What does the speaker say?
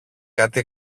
κάτι